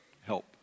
help